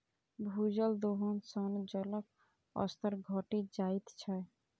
भूजल दोहन सं जलक स्तर घटि जाइत छै